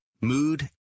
mood